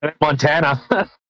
Montana